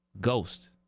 Ghost